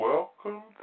Welcome